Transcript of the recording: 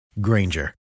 Granger